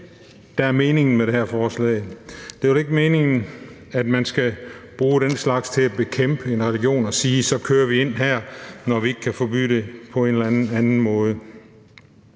der er meningen med det her forslag. Det er vel ikke meningen, at man skal bruge den slags til at bekæmpe en religion og sige, at så kører vi ind her, når vi ikke kan forbyde det på en eller anden anden